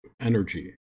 energy